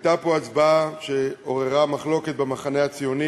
הייתה פה הצבעה שעוררה מחלוקת במחנה הציוני